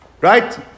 Right